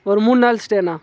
ஒரு மூணு நாள் ஸ்டே அண்ணா